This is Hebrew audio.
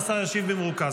והשר ישיב במרוכז.